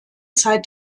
zeit